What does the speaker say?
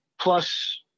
plus